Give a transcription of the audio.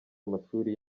amashuri